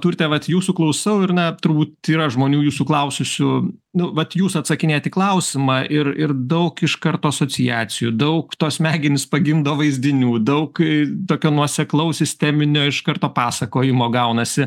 urte vat jūsų klausau ir na turbūt yra žmonių jūsų klaususių nu vat jūs atsakinėjat į klausimą ir ir daug iš karto asociacijų daug tos smegenys pagimdo vaizdinių daug tokio nuoseklaus sisteminio iš karto pasakojimo gaunasi